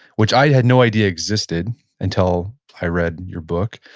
which i had no idea existed until i read your book,